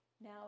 now